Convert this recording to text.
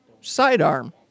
sidearm